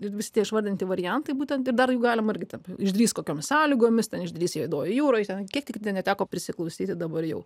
ir visi tie išvardinti variantai būtent ir dar galim vardyti išdrįs kokiomis sąlygomis ten išdrįs juodojoje jūroje ten kiek ten teko prisiklausyti dabar jau